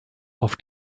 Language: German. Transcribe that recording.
auf